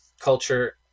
culture